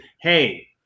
hey